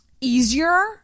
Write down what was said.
easier